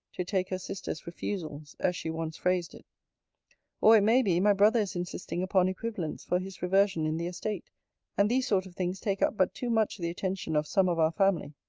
to take her sister's refusals, as she once phrased it or, it may be, my brother is insisting upon equivalents for his reversion in the estate and these sort of things take up but too much the attention of some of our family.